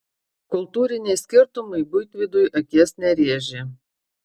kultūriniai skirtumai buitvidui akies nerėžė